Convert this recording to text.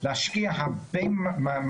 תשמעי, אחת מהחברות שלנו הפסיקה לאכול.